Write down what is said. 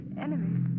enemies